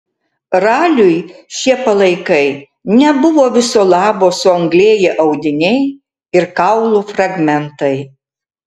raliui šie palaikai nebuvo viso labo suanglėję audiniai ir kaulų fragmentai